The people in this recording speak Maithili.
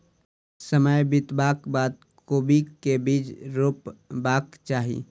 समय बितबाक बाद कोबी केँ के बीज रोपबाक चाहि?